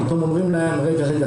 פתאום אומרים להם: רגע רגע,